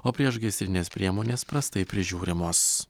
o priešgaisrinės priemonės prastai prižiūrimos